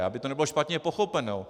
Aby to nebylo špatně pochopeno.